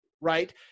right